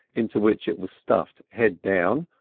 into which it was stuffed head down,